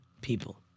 people